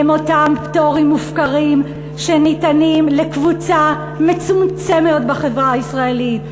הוא אותם פטורים מופקרים שניתנים לקבוצה מצומצמת בחברה הישראלית,